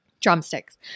Drumsticks